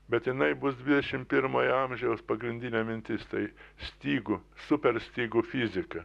bet jinai bus dvidešim pirmojo amžiaus pagrindinė mintis tai stygų super stygų fizika